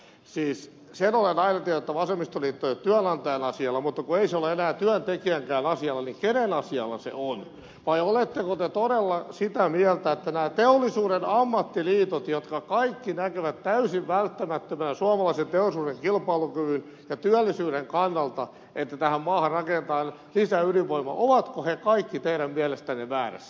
siis sen olen aina tiennyt että vasemmistoliitto ei ole työnantajan asialla mutta kun ei se ole enää työntekijänkään asialla niin kenen asialla se on vai oletteko te todella sitä mieltä että nämä teollisuuden ammattiliitot jotka kaikki näkevät täysin välttämättömänä suomalaisen teollisuuden kilpailukyvyn ja työllisyyden kannalta että tähän maahan rakennetaan lisää ydinvoimaa ovat kaikki teidän mielestänne väärässä